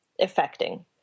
affecting